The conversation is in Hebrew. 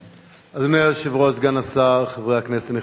אדוני היושב-ראש, סגן השר, חברי הכנסת הנכבדים,